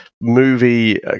movie